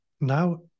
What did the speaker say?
Now